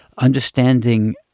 understanding